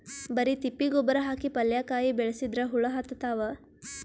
ಬರಿ ತಿಪ್ಪಿ ಗೊಬ್ಬರ ಹಾಕಿ ಪಲ್ಯಾಕಾಯಿ ಬೆಳಸಿದ್ರ ಹುಳ ಹತ್ತತಾವ?